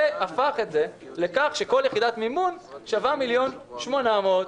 זה הפך לכך שכל יחידת מימון שווה 1.8 מיליון שקל.